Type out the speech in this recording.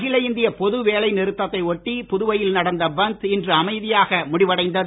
அகில இந்திய பொது வேலை நிறுத்தத்தை ஒட்டி புதுவையில் நடந்த பந்த் இன்று அமைதியாக முடிவடைந்தது